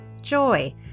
joy